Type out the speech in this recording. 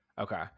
okay